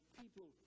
people